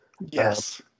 Yes